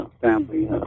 family